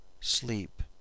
sleep